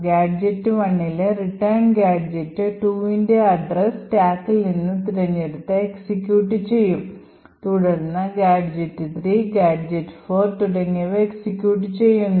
gadget 1 ലെ return gadget 2ൻറെ address സ്റ്റാക്കിൽ നിന്ന് തിരഞ്ഞെടുത്ത് എക്സിക്യൂട്ട് ചെയ്യും തുടർന്ന് ഗാഡ്ജെറ്റ് 3 ഗാഡ്ജെറ്റ് 4 തുടങ്ങിയവ എക്സിക്യൂട്ട് ചെയ്യുന്നു